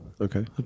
Okay